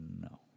No